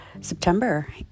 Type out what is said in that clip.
September